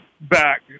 back